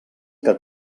que